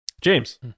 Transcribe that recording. james